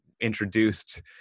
introduced